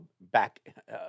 back